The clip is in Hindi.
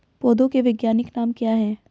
पौधों के वैज्ञानिक नाम क्या हैं?